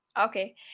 Okay